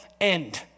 end